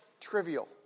trivial